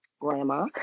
grandma